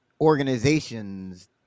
organizations